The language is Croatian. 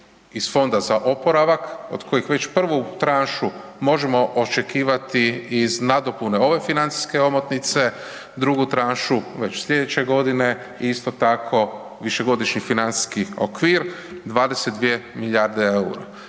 iz Fonda za oporavak od kojih već prvu tranšu možemo očekivati iz nadopune ove financijske omotnice, drugu tranšu već slijedeće godine i isto tako višegodišnji financijski okvir, 22 milijarde eura.